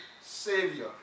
Savior